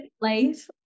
life